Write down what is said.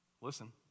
listen